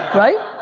right?